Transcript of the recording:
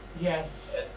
yes